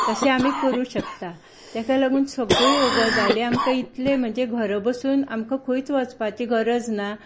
तशें आमी करूंक शकता ताका लागून सगळ्यो ह्यो गजाली आमकां इतले म्हणजे घरा बसून आमकां खंयच वचपाची गरज ना